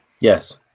Yes